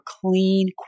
clean